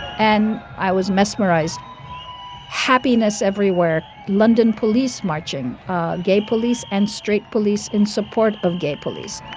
and i was mesmerized happiness everywhere. london police marching gay police, and straight police in support of gay police.